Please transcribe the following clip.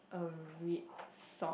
a red sock